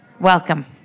Welcome